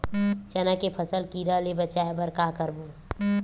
चना के फसल कीरा ले बचाय बर का करबो?